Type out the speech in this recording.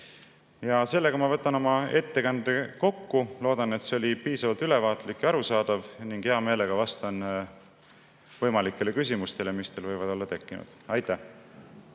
seda. Sellega ma võtan oma ettekande kokku. Loodan, et see oli piisavalt ülevaatlik ja arusaadav. Hea meelega vastan küsimustele, mis teil võivad olla tekkinud. Aitäh!